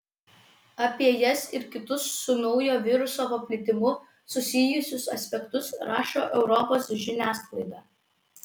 apie jas ir kitus su naujo viruso paplitimu susijusius aspektus rašo europos žiniasklaida